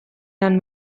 lan